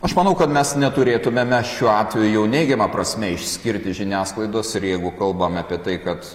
aš manau kad mes neturėtumėme šiuo atveju neigiama prasme išskirti žiniasklaidos ir jeigu kalbam apie tai kad